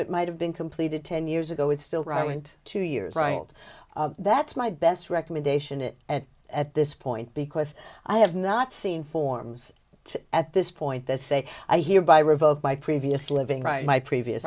it might have been completed ten years ago it's still right went two years right that's my best recommendation it at this point because i have not seen forms at this point that say i hereby revoke my previous living right my previous